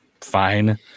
fine